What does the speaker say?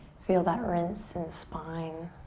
feel that rinse in spine.